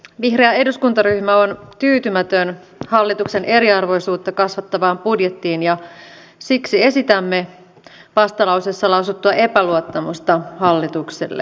vihreä eduskuntaryhmä on tyytymätön hallituksen eriarvoisuutta kasvattavaan budjettiin ja siksi esitämme vastalauseessa lausuttua epäluottamusta hallitukselle